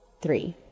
Three